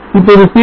இப்போது series